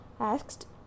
Asked